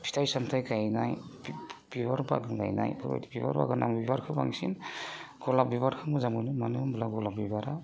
फिथाइ सामथाइ गायनाय बिबार बागान गायनाय बेफोरबायदि बिबार बागान आं बिबारखौ बांसिन गलाब बिबारखौ मोजां मोनो मानो होमब्ला गलाब बिबारा